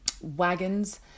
wagons